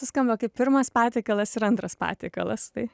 suskamba kaip pirmas patiekalas ir antras patiekalas tai